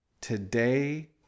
Today